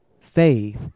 faith